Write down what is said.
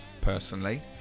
personally